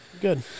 Good